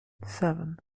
seven